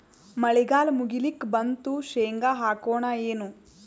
ಮಳಿಗಾಲ ಮುಗಿಲಿಕ್ ಬಂತು, ಶೇಂಗಾ ಹಾಕೋಣ ಏನು?